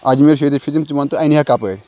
اجمیٖر شریٖف چھِ تِم ژٕ وَن تہٕ اَنہِ ہَکھ کَپٲرۍ